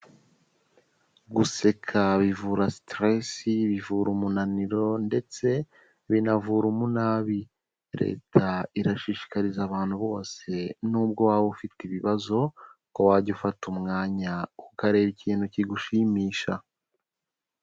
Guseka bivura sitresi, bivura umunaniro ndetse binavura umunabi, Leta irashishikariza abantu bose n'ubwo waba ufite ibibazo ko wajya ufata umwanya ukareba ikintu kigushimisha.